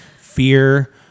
fear